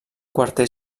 quarter